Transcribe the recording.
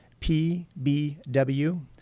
PBW